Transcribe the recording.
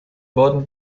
worden